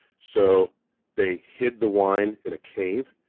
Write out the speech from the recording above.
so they hid the wine in a cave,